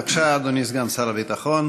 בבקשה, אדוני סגן שר הביטחון.